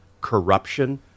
corruption